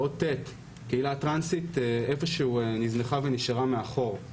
האות טי"ת - הקהילה הטרנסית - איפשהו נזנחה ונשארה מאחור.